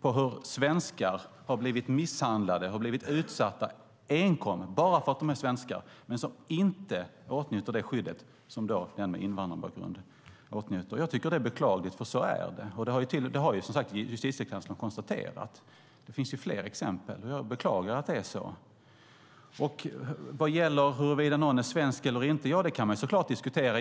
på hur svenskar blivit misshandlade, utsatta, enkom för att de är svenskar och därmed inte åtnjuter det skydd som den med invandrarbakgrund åtnjuter. Jag tycker att det är beklagligt, för så är det, och det har som sagt Justitiekanslern konstaterat. Det finns fler exempel på det. Jag beklagar att det är så. Vad gäller huruvida någon är svensk eller inte kan man såklart diskutera det.